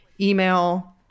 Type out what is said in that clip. email